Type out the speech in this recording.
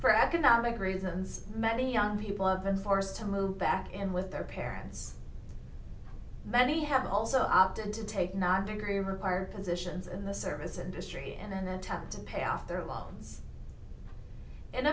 for economic reasons many young people have been forced to move back in with their parents many have also opted to take not degree work our positions in the service industry and an attempt to pay off their loans and